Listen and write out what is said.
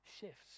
shifts